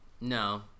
no